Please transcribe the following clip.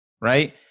right